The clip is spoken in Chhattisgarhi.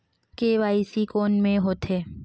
के.वाई.सी कोन में होथे?